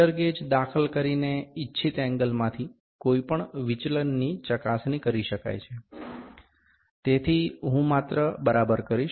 feeler gauge દાખલ કરીને ઇચ્છિત એંગલમાંથી કોઈ પણ વિચલનની ચકાસણી કરી શકાય છે તેથી હું માત્ર બરાબર કરીશ